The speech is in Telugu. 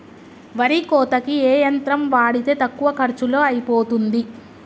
వరి కోతకి ఏ యంత్రం వాడితే తక్కువ ఖర్చులో అయిపోతుంది?